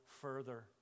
further